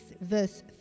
verse